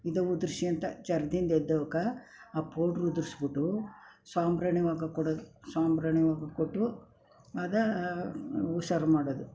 ಇದು ಉದ್ರಿಸು ಅಂತ ಜರ್ದಿದ್ದು ಎದ್ದವ್ಕೆ ಆ ಪೌಡ್ರು ಉದುರ್ಸಿ ಬಿಟ್ಟು ಸಾಂಬ್ರಾಣಿ ಹೊಗೆ ಕೊಡೋದು ಸಾಂಬ್ರಾಣಿ ಹೊಗೆ ಕೊಟ್ಟು ಅದು ಹುಷಾರು ಮಾಡೋದು